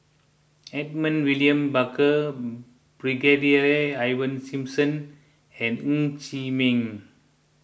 Edmund William Barker Brigadier Ivan Simson and Ng Chee Meng